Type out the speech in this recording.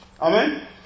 amen